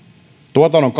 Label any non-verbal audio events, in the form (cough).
tuotannon (unintelligible)